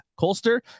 Colster